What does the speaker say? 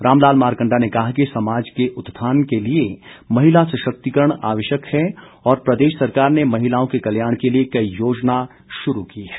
रामलाल मारकंडा ने कहा कि समाज के उत्थान के लिए महिला सशक्तिकरण आवश्यक है और प्रदेश सरकार ने महिलाओं के कल्याण के लिए कई योजनाएं शुरू की है